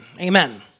Amen